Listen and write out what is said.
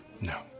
No